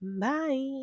Bye